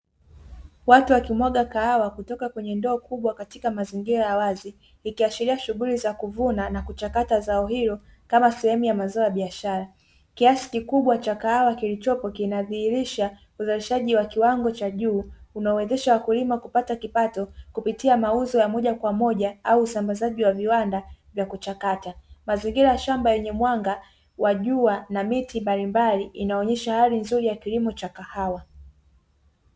Watu wakimwaga kahawa kutoka kwenye ndoo kubwa katika mazingira ya wazi, ikiashiria shughuli za kuvuna na kuchakata zao hilo kama sehemu ya mazao ya biashara. Kiiasi kikubwa cha kahawa kilichopo kina dhihirisha uzalishaji wa kiwango cha juu, unaowawezesha wakulima kupata kipato kupitia mauzo ya moja kwa moja au usambazaji wa viwanda vya kuchakata. Mazingira ya shamba yenye mwanga wa jua na miti mbalimbali inaonesha hali nzuri ya kilimo cha kahawa.